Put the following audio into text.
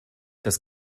dass